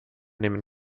nehmen